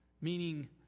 Meaning